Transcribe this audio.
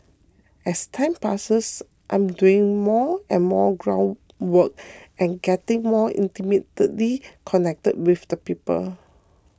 as time passes I'm doing more and more ground work and getting more intimately connected with the people